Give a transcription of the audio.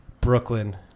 Brooklyn